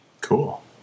Cool